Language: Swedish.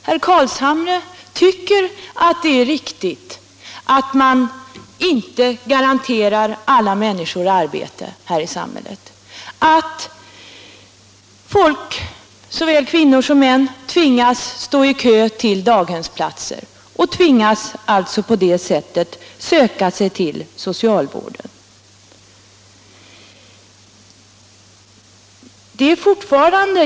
Herr Carlshamre tycker att det är riktigt att man inte garanterar alla människor i vårt samhälle arbete och att såväl män som kvinnor tvingas att stå i kö till daghemsplatser och under tiden anlita socialvården.